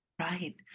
Right